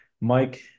Mike